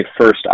first